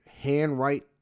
handwrite